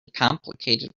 complicated